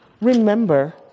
remember